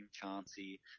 Chauncey